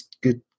good